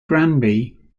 granby